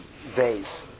vase